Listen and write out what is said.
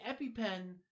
EpiPen